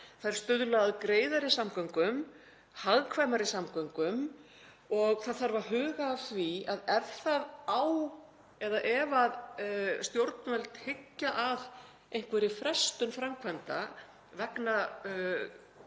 Þær stuðla að greiðari samgöngum, hagkvæmari samgöngum og það þarf að huga að því að ef stjórnvöld hyggja á einhverja frestun framkvæmda vegna